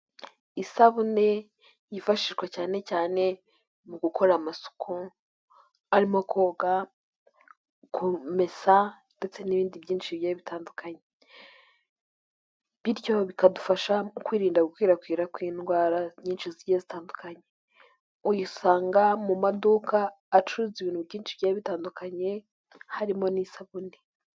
Isabune yifashishwa cyane cyane mu gukora amasuku, harimo koga kumesa n'ibindi byinshi bigiye bitandukanye, bityo bikadufasha kwirinda gukwirakwira kw'indwara nyinshi zigiye zitandukanye uyisanga mu maduka acuruza ibintu byinshi bigiye bitandukanye, harimo n'isabune.